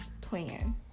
plan